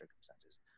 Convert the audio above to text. circumstances